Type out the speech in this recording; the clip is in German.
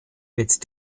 mit